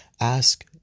ask